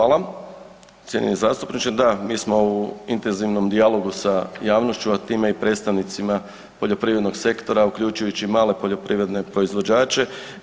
Hvala cijenjeni zastupniče, da, mi smo u intenzivnom dijalogu sa javnošću, a time i predstavnicima poljoprivrednog sektora uključujući male poljoprivredne proizvođače.